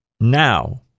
now